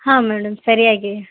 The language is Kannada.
ಹಾಂ ಮೇಡಮ್ ಸರಿಯಾಗಿ